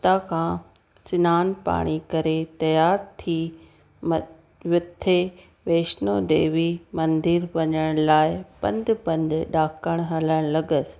उतां कां सनानु पाणी करे तयार थी म मथे वैष्णो देवी मंदरु वञण लाइ पंधु पंधु ॾाकण हलणु लॻसि